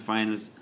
Finals